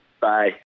Bye